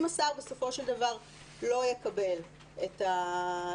אם השר בסופו של דבר לא יקבל את החלטת